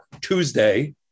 Tuesday